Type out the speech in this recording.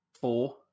Four